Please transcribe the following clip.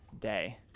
day